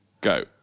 go